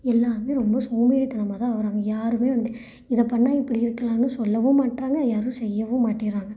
எல்லோருமே ரொம்ப சோம்பேறித்தனமாக தான் ஆகிறாங்க யாருமே வந்து இதை பண்ணால் இப்படி இருக்கலாம்ன்னு சொல்லவும் மாட்றாங்க யாரும் செய்யவும் மாட்றாங்க